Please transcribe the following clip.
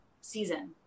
season